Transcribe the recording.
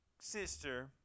sister